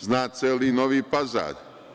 Zna celi Novi Pazar.